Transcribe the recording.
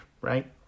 right